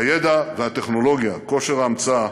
הידע, הטכנולוגיה, כושר ההמצאה